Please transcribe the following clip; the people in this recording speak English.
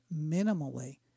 minimally